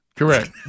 Correct